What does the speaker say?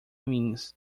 means